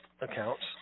accounts